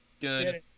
Good